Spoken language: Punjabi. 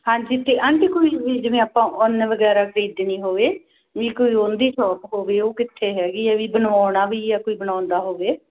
ਹਾਂਜੀ ਅਤੇ ਆਂਟੀ ਕੋਈ ਵੀ ਜਿਵੇਂ ਆਪਾਂ ਉੱਨ ਵਗੈਰਾ ਖਰੀਦਣੀ ਹੋਵੇ ਵੀ ਕੋਈ ਉਹਦੀ ਸ਼ੋਪ ਹੋ ਗਈ ਉਹ ਕਿੱਥੇ ਹੈਗੀ ਬਣਾਉਣਾ ਵੀ ਆ ਕੋਈ ਬਣਾਉਂਦਾ ਹੋਵੇ